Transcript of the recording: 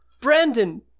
Brandon